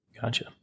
Gotcha